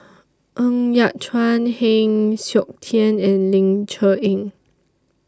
Ng Yat Chuan Heng Siok Tian and Ling Cher Eng